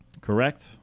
Correct